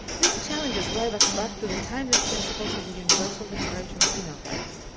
these challenges drive us back to the timeless principals of the universal declaration of human rights.